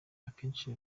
akenshi